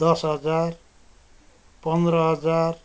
दस हजार पन्ध्र हजार